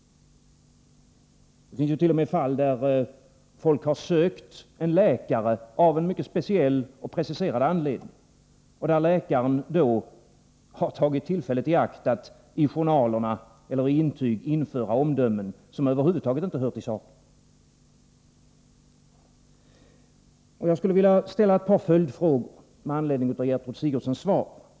Det har t.o.m. förekommit att människor har sökt upp en läkare av en mycket speciell och preciserad anledning. Läkaren har då tagit tillfället i akt att i journaler eller intyg införa omdömen som över huvud taget inte hör till saken. Jag skulle vilja ställa ett par följdfrågor med anledning av Gertrud Sigurdsens svar.